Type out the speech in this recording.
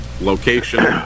location